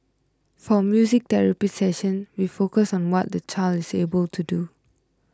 for music therapy session we focus on what the child is able to do